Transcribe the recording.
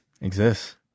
exists